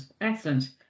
excellent